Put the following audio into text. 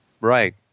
Right